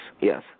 Yes